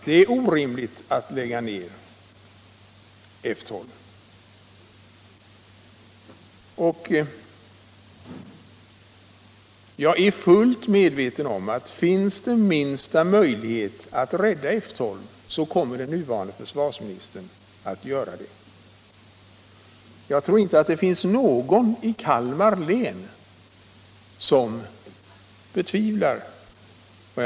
Jag är samtidigt fullt övertygad om att om det finns minsta möjlighet att rädda F 12 kommer den nuvarande försvarsministern att göra det. Jag tror inte att det finns någon i Kalmar län som betvivlar detta.